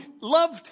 loved